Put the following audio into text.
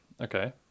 okay